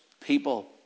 people